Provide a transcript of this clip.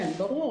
כן, ברור.